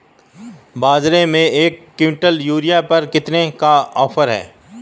बाज़ार में एक किवंटल यूरिया पर कितने का ऑफ़र है?